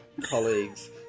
colleagues